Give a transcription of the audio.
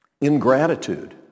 Ingratitude